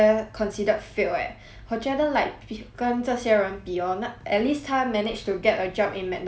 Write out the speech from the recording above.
我觉得 like 比跟这些人比 hor 那 at least 他 managed to get a job in McDonald's's 算是蛮幸运的 lah